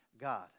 God